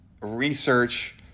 research